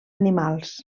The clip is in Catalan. animals